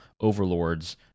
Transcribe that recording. overlords